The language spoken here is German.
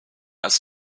als